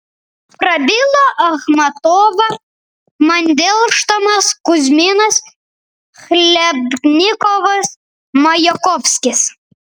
prabilo achmatova mandelštamas kuzminas chlebnikovas majakovskis